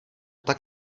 tak